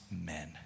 men